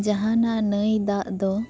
ᱡᱟᱦᱟᱸ ᱱᱟᱜ ᱱᱟᱹᱭ ᱫᱟᱜ ᱫᱚ